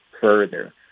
further